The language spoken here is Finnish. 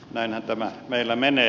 näinhän tämä meillä menee